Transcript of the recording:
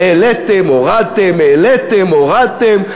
העליתם, הורדתם, העליתם, הורדתם.